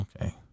Okay